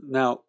now